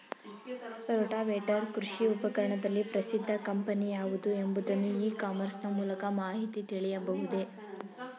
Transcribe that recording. Rotavator ಕೃಷಿ ಉಪಕರಣದಲ್ಲಿ ಪ್ರಸಿದ್ದ ಕಂಪನಿ ಯಾವುದು ಎಂಬುದನ್ನು ಇ ಕಾಮರ್ಸ್ ನ ಮೂಲಕ ಮಾಹಿತಿ ತಿಳಿಯಬಹುದೇ?